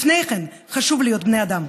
לפני כן חשוב להיות בני אדם.